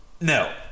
No